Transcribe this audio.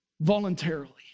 voluntarily